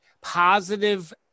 positive